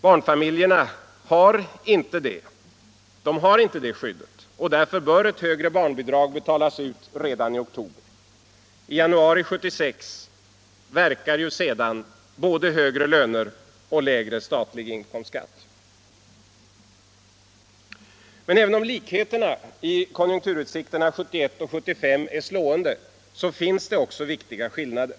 Barnfamiljerna har inte det skyddet, och därför bör ett högre barnbidrag betalas ut redan i oktober. I januari 1976 verkar ju sedan både högre löner och lägre statlig inkomstskatt. Men även om likheterna i konjunkturutsikterna under åren 1971 och 1975 är slående, finns det ändå vissa viktiga skillnader.